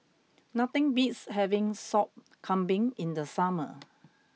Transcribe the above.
nothing beats having Sop Kambing in the summer